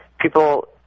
people